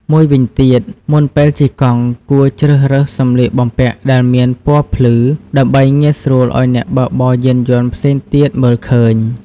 មួយវិញទៀត មុនពេលជិះកង់គួរជ្រើសរើសសម្លៀកបំពាក់ដែលមានពណ៌ភ្លឺ ដើម្បីងាយស្រួលឱ្យអ្នកបើកបរយានយន្តផ្សេងទៀតមើលឃើញ។